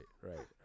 right